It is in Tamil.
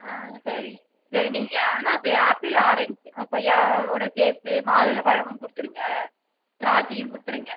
ஆ சரி சரி நீங்கள் ஆனால் சரி ஆப்பிள் ஆரஞ்ச் கொய்யாவோடு சேர்த்து மாதுளம்பழமும் கொடுத்துருங்க திராட்சையும் கொடுத்துருங்க